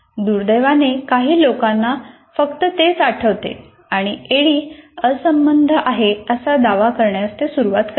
दुर्दैवाने काही लोकांना फक्त तेच आठवते आणि ऍडी असंबद्ध आहे असा दावा करण्यास ते सुरवात करतात